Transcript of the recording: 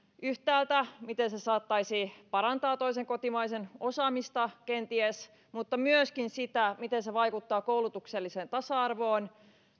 yhtäältä miten se saattaisi parantaa toisen kotimaisen osaamista kenties mutta myöskin sitä miten se vaikuttaa koulutukselliseen tasa arvoon